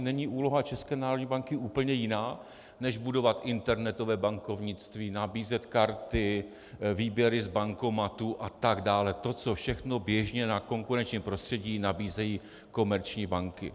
Není úloha České národní banky úplně jiná než budovat internetové bankovnictví, nabízet karty, výběry z bankomatů atd., to, co všechno běžně na konkurenčním prostředí nabízejí komerční banky?